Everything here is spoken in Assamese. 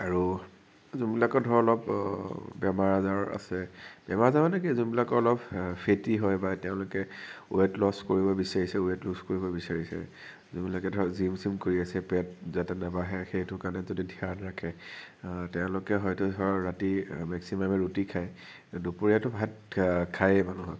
আৰু যোনবিলাকৰ ধৰক অলপ বেমাৰ আজাৰ আছে বেমাৰ আজাৰ মানে কি যোনবিলাকৰ অলপ ফেটি হয় বা তেওঁলোকে ৱেইট লচ কৰিব বিচাৰিছে ৱেইট লুজ কৰিব বিচাৰিছে যোনবিলাকে ধৰক জিম ছিম কৰি আছে পেট যাতে নাবাঢ়ে সেইটো কাৰণে যদি ধ্য়ান ৰাখে তেওঁলোকে হয়তো হয় ৰাতি মেক্সিমামে ৰুটি খায় দুপৰীয়াটো ভাত খায়েই